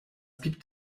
gibt